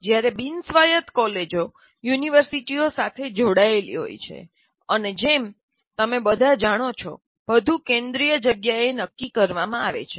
જ્યારે કે બિન સ્વાયત્તક કોલેજો યુનિવર્સિટીઓ સાથે જોડાયેલી હોય છે અને જેમ તમે બધા જાણો છો બધું કેન્દ્રિય જગ્યાએ નક્કી કરવામાં આવે છે